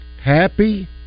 Happy